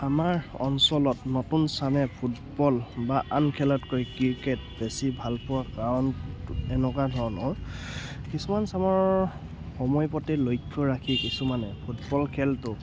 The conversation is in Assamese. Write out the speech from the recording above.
আমাৰ অঞ্চলত নতুন চামে ফুটবল বা আন খেলতকৈ ক্ৰিকেট বেছি ভালপোৱা কাৰণ এনেকুৱা ধৰণৰ কিছুমান চামৰ সময় প্ৰতি লক্ষ্য ৰাখি কিছুমানে ফুটবল খেলটো